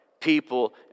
people